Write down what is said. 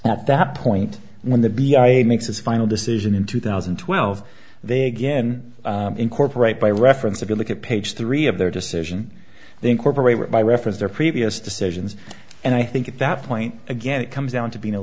at that point when the b i makes its final decision in two thousand and twelve they again incorporate by reference if you look at page three of their decision they incorporate it by reference their previous decisions and i think at that point again it comes down to being a